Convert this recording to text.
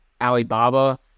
Alibaba